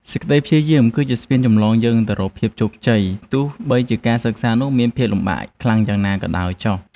សេចក្តីព្យាយាម គឺជាស្ពានចម្លងយើងទៅរកភាពជោគជ័យទោះបីជាការសិក្សានោះមានភាពលំបាកខ្លាំងយ៉ាងណាក៏ដោយចុះ។